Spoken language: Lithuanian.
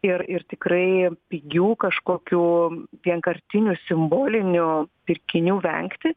ir ir tikrai pigių kažkokių vienkartinių simbolinių pirkinių vengti